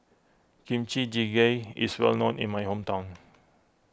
Kimchi Jjigae is well known in my hometown